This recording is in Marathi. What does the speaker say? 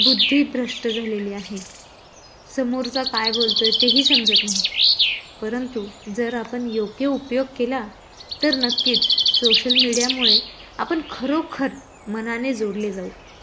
बुद्धी भ्रष्ट झालेली आहे समोरचा काय बोलतो आहे तेही समजत नाही परंतु जर आपण योग्य उपयोग केला तर नक्कीच सोशल मीडियामुळे आपण खरोखर मनाने जोडले जाऊ